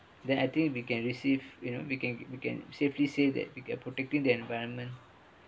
then I think we can receive you know we can we can safely say that we can protecting the environment